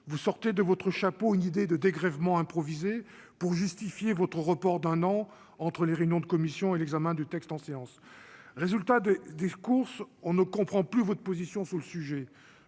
vous sortez de votre chapeau une idée de dégrèvement improvisé pour justifier votre report d'un an entre les réunions de commission et l'examen du texte en séance, résultats de des courses, on ne comprend plus, votre position sur le sujet,